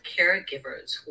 caregivers